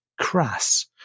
crass